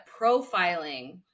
profiling